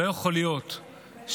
לא יכול להיות שבבלפור,